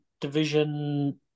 Division